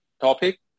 topic